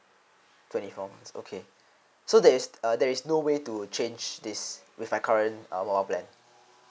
twenty four months okay so there is uh there is no way to change this with my current uh mobile plan